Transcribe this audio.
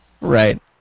Right